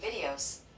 videos